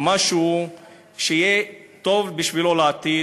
משהו שיהיה טוב בשבילו לעתיד,